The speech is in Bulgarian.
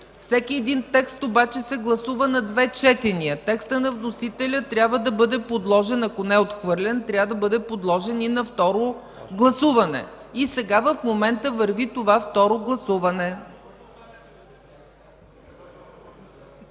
Всеки един текст обаче се гласува на две четения – текстът на вносителя, ако не е отхвърлен, трябва да бъде подложен и на второ гласуване. Сега в момента върви това второ гласуване.